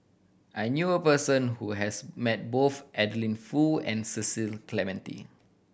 I knew a person who has met both Adeline Foo and Cecil Clementi